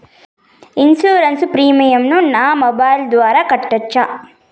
Insurance premium ను నా mobile ద్వారా కట్టొచ్చా?